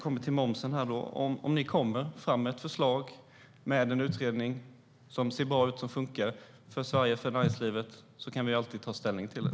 Om ni kommer med ett förslag som ser bra ut och funkar för Sverige och näringslivet när det gäller momsen kan vi alltid ta ställning till det.